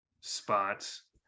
spots